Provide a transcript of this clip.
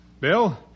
Bill